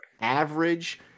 average